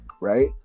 right